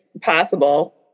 possible